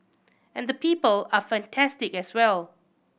and the people are fantastic as well